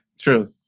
through